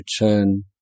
return